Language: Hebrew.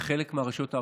בחלק מהרשויות הערביות,